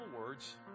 words